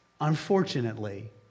unfortunately